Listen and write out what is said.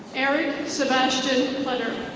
eric sebastian hunter.